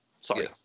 Sorry